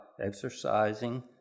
exercising